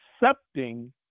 accepting